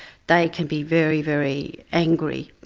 they can be very, very angry.